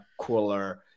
cooler